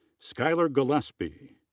skyler gillespie.